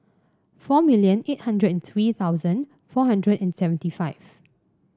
four million eight hundred and three thousand four hundred and seventy five